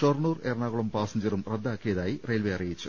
ഷൊർണൂർ എറണാകുളം പാസഞ്ചറും റദ്ദാക്കിയ തായി റെയിൽവേ അറിയിച്ചു